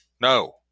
no